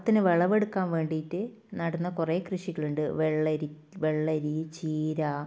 ഓണത്തിന് വിളവെടുക്കാൻ വേണ്ടീട്ട് നടുന്ന കുറേ കൃഷികളുണ്ട് വെള്ളരി വെള്ളരി ചീര